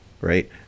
right